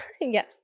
Yes